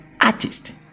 artist